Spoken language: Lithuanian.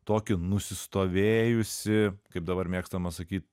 tokį nusistovėjusį kaip dabar mėgstama sakyt